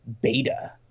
beta